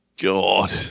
God